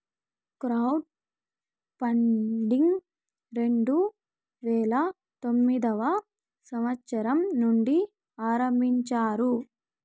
crowd funding రెండు వేల తొమ్మిదవ సంవచ్చరం నుండి ఆరంభించారు